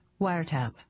wiretap